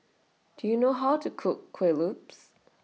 Do YOU know How to Cook Kuih Lopes